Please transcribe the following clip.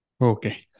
Okay